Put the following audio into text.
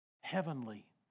heavenly